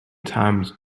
times